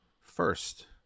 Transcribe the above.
first